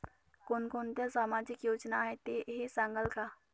कोणकोणत्या सामाजिक योजना आहेत हे सांगाल का?